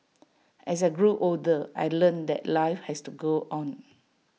as I grew older I learnt that life has to go on